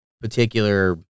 particular